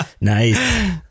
Nice